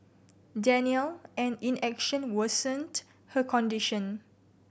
denial and inaction worsened her condition